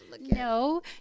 No